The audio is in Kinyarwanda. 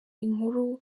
inkuru